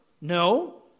No